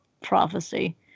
prophecy